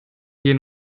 gehen